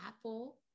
Apple